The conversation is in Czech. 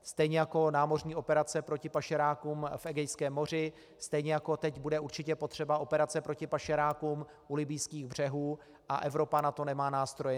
Stejně jako námořní operace proti pašerákům v Egejském moři, stejně jako teď bude určitě potřeba operace proti pašerákům u libyjských břehů, a Evropa na to nemá nástroje.